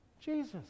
Jesus